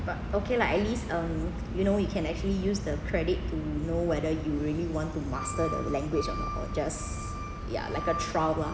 but okay lah at least um you know you can actually use the credit to know whether you really want to master the language or not or just ya like a trial lah